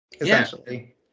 essentially